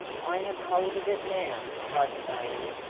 i have hold of it now, cried the bailiff.